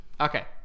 Okay